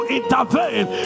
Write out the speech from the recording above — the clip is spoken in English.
intervene